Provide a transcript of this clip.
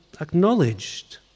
acknowledged